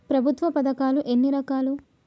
ప్రభుత్వ పథకాలు ఎన్ని రకాలు?